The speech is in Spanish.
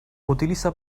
utiliza